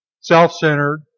self-centered